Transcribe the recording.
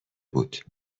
بود